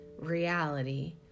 reality